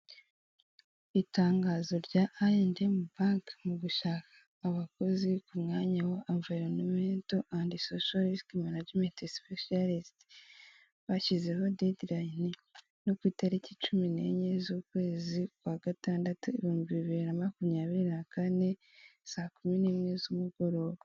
Itangazo rya ayi andi emu banki mu gushaka abakozi ku mwanya wa imvayironimento andi sosho risiki manajimenti sipeshiyalisite bashyizeho dediliyini yo ku itaraki cumi n'enye, z'ukwezi kwa gatandatu, ibihumbi bibiri na makumyabiri na kane saa kumi n'imwe z'umugoroba.